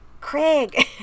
Craig